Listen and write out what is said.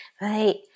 right